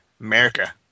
America